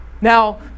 Now